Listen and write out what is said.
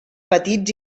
petits